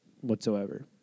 whatsoever